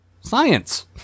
Science